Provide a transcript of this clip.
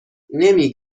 نمی